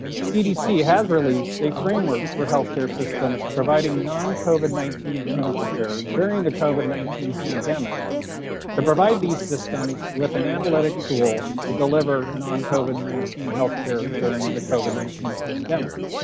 cdc has released a framework for healthcare systems providing non covid nineteen clinical care during the covid nineteen pandemic to provide these systems with an analytic tool to deliver non covid nineteen healthcare during the covid nineteen pandemic.